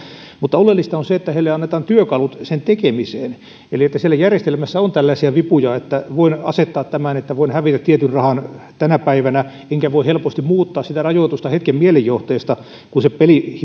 mutta oleellista on se että heille annetaan työkalut sen tekemiseen eli että siellä järjestelmässä on tällaisia vipuja että voin asettaa tämän että voin hävitä tietyn rahan tänä päivänä enkä voi helposti muuttaa sitä rajoitusta hetken mielijohteesta kun